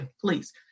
please